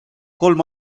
kolm